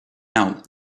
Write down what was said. out